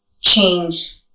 change